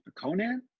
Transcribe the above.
Conan